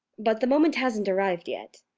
but the moment hasn't arrived yet.